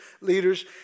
leaders